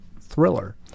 Thriller